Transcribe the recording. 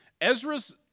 Ezra's